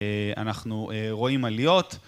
אנחנו רואים עליות.